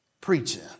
preaching